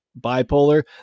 bipolar